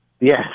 Yes